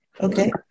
okay